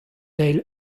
eil